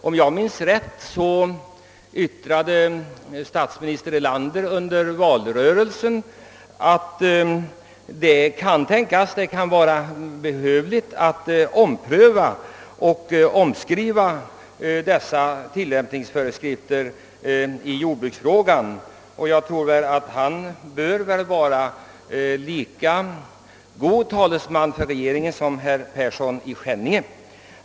Om jag minns rätt yttrade statsminister Erlander under valrörelsen att det kan möjligen vara behövligt att ompröva och omskriva dessa tillämpningsföreskrifter till rationaliseringskungörelsen; och han bör väl vara lika god talesman för regeringen som herr Persson i Skänninge.